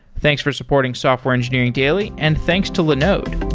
thanks for supporting software engineering daily, and thanks to linode.